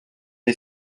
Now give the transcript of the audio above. est